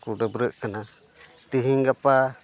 ᱠᱚ ᱰᱟᱹᱵᱽᱨᱟᱹᱜ ᱠᱟᱱᱟ ᱛᱤᱦᱤᱧ ᱜᱟᱯᱟ